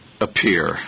appear